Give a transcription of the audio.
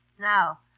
Now